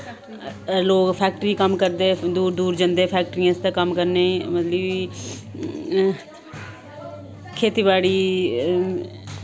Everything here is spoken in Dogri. लोग फैक्ट्री च कम्म करदे दूर दूर जंदे फैक्ट्रियें च कम्म करने गी मतलब कि खेतीबाड़ी